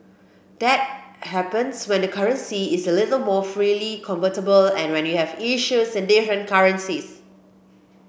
that happens when the currency is a little more freely convertible and when you have issues in different currencies